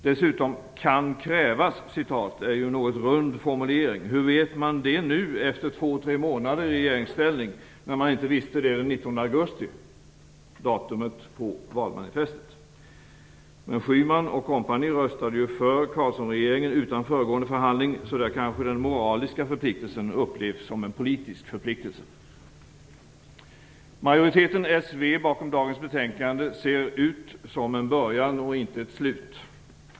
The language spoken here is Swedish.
Dessutom kan "krävas" anses vara en något rund formulering. Hur vet man det nu efter två tre månader i regeringsställning när man inte visste det den 19 augusti, datumet på valmanifestet? Schyman och kompani röstade för Carlssonregeringen utan föregående förhandling. Så där kanske den moraliska förpliktelsen upplevs som en politisk förpliktelse. Majoriteten S-V som står bakom dagens betänkande ser ut som en början och inte ett slut.